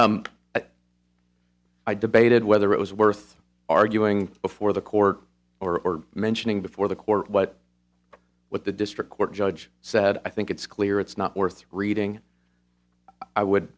you i debated whether it was worth arguing before the court or mentioning before the court what what the district court judge said i think it's clear it's not worth reading i would